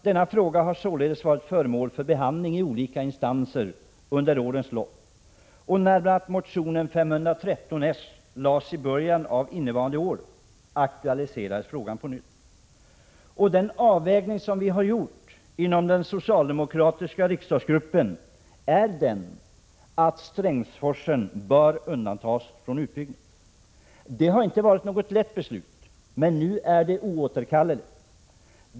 Denna fråga har således varit föremål för behandling i olika instanser under årens lopp, och när bl.a. motion Bo513 väcktes av socialdemokraterna i början av innevarande år aktualiserades frågan på nytt. Den avvägning vi har gjort inom den socialdemokratiska riksdagsgruppen är att Strängsforsen bör undantas från utbyggnad. Det har inte varit något lätt beslut, men det är nu oåterkalleligt.